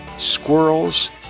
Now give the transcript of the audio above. squirrels